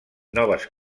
noves